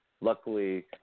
luckily